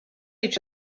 each